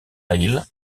hill